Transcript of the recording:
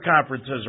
conferences